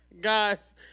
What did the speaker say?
Guys